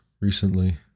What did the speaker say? recently